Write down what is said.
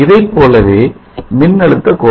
இதைப்போலவே மின்னழுத்த கோடும்